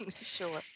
Sure